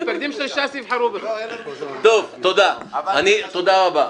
לא, אין --- אבל --- טוב, תודה רבה.